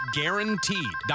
guaranteed